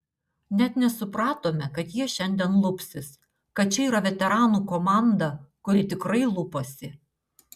net nesupratome kad jie šiandien lupsis kad čia yra veteranų komanda kuri tikrai lupasi